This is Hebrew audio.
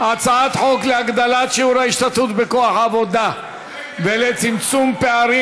הצעת חוק להגדלת שיעוד ההשתתפות בכוה העבודה ולצמצום פערים